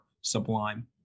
sublime